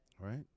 right